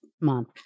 month